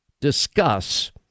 discuss